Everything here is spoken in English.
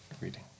reading